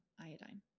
iodine